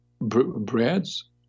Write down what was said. breads